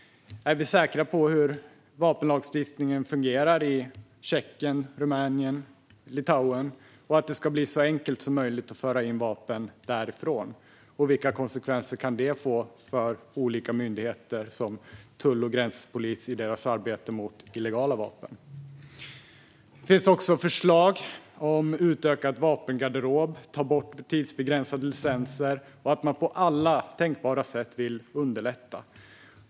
Är vi säkra på hur vapenlagstiftningen fungerar i Tjeckien, Rumänien och Litauen? Ska det bli så enkelt som möjligt att föra in vapen därifrån? Vilka konsekvenser kan det få för olika myndigheter som tull och gränspolis i deras arbete mot illegala vapen? Det finns också förslag om utökad vapengarderob och om att ta bort tidsbegränsade licenser. Ni vill på alla tänkbara sätt underlätta.